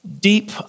deep